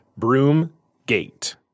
Broomgate